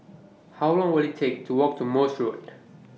How Long Will IT Take to Walk to Morse Road